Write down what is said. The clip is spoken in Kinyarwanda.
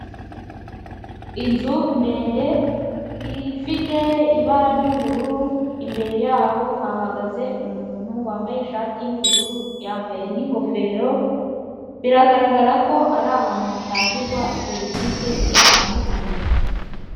Inzu ndende ifite ibara ry'ubururu imbere yaho hahagaze umuntu wambaye ishati y'ubururu yambaye n'ingofero, biragaragara ko ari ahantu hatangirwa serivisi zitandukanye.